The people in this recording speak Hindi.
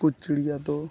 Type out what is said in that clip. कुछ चिड़िया तो